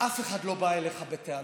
אף אחד לא בא אליך בטענות.